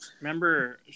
remember